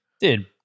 Dude